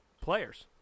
players